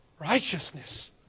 Righteousness